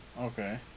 Okay